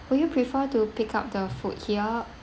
would you prefer to pick up the food here